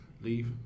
leave